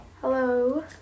Hello